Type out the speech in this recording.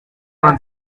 vingt